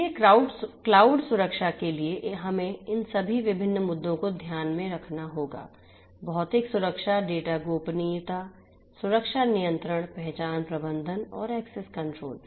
इसलिए क्लाउड सुरक्षा के लिए हमें इन सभी विभिन्न मुद्दों को ध्यान में रखना होगा भौतिक सुरक्षा डेटा गोपनीयता सुरक्षा नियंत्रण पहचान प्रबंधन और एक्सेस कंट्रोल